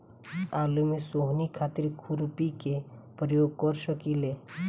आलू में सोहनी खातिर खुरपी के प्रयोग कर सकीले?